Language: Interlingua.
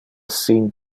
sin